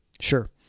Sure